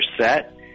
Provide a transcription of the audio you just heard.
set